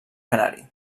canari